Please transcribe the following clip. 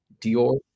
dior